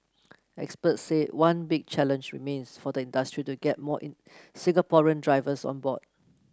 experts said one big challenge remains for the industry to get more in Singaporean drivers on board